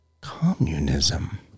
communism